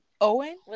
Owen